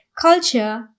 culture